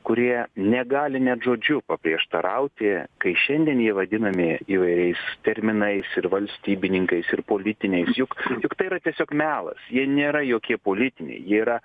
kurie negali net žodžiu paprieštarauti kai šiandien jie vadinami įvairiais terminais ir valstybininkais ir politiniais juk juk tai yra tiesiog melas jie nėra jokie politiniai jie yra